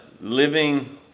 living